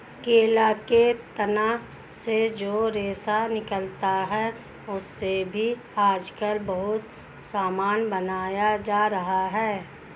केला के तना से जो रेशा निकलता है, उससे भी आजकल बहुत सामान बनाया जा रहा है